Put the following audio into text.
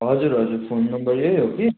हजुर हजुर phone number यही हो कि